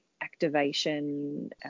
activation